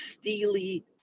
steely